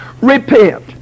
Repent